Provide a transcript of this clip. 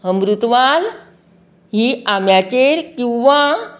अमृतवाल ही आम्याचेर किंवा